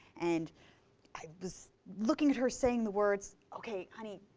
and i was looking at her, saying the words, ok, honey,